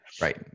Right